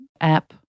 app